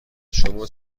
شما